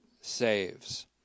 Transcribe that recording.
saves